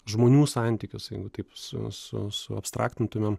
žmonių santykius jeigu taip su su su suabstraktintumėm